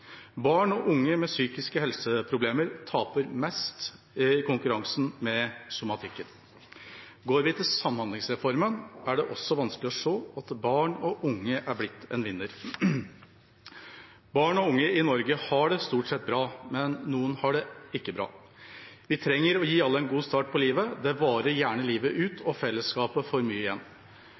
Barn og unge med psykiske helseproblemer taper mest i konkurransen med somatikken. Går vi til samhandlingsreformen, er det også vanskelig å se at barn og unge er blitt vinnere. Barn og unge i Norge har det stort sett bra, men noen har det ikke bra. Vi trenger å gi alle en god start på livet. Det varer gjerne livet ut, og fellesskapet får mye igjen.